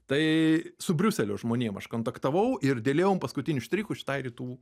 tai su briuselio žmonėm aš kontaktavau ir dėliojom paskutinius štrichus šitai rytų